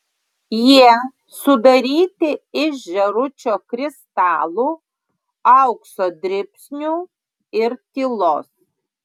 jie sudaryti iš žėručio kristalų aukso dribsnių ir tylos